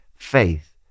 Faith